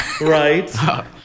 Right